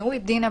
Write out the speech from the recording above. שתשמעו את דינה,